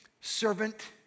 servant